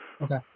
Okay